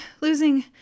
losing